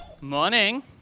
morning